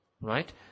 Right